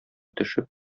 төшеп